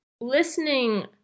listening